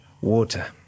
water